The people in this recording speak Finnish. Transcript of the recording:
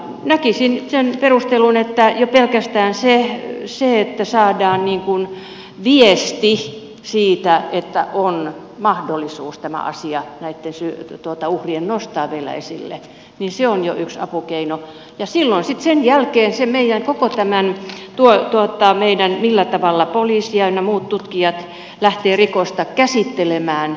näkisin sen perustelun että jo pelkästään se että saadaan viesti siitä että näitten uhrien on mahdollisuus tämä asia nostaa vielä esille on jo yksi apukeino ja silloin sitten sen jälkeen tulee se millä tavalla poliisi ynnä muut tutkijat lähtevät rikosta käsittelemään